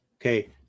okay